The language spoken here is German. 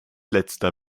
letzter